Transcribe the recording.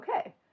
okay